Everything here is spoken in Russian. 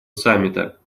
саммита